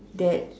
that